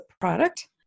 product